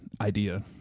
idea